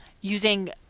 using